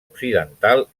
occidental